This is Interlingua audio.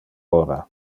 ora